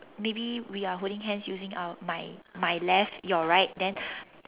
maybe we are holding hands using our my my left your right then